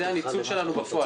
זה הניצול שלנו בפועל,